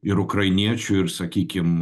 ir ukrainiečių ir sakykim